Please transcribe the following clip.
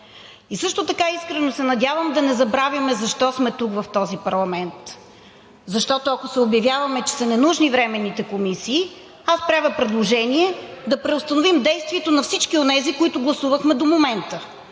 Също така искрено се надявам да не забравим защо сме тук в този парламент, защото, ако се обявяваме, че са ненужни временните комисии, аз правя предложение да преустановим действието на всички онези, които гласувахме до момента.